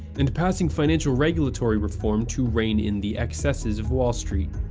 and passing financial regulatory reform to rein in the excesses of wall street.